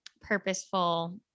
purposeful